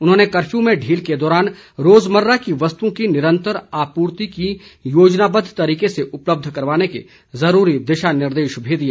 उन्होंने कफ्यू में ढील के दौरान रोज़मर्रा की वस्तुओं की निरंतर आपूर्ति की योजनाबद्व तरीके से उपलब्ध करवाने के जरूरी दिशा निर्देश भी दिए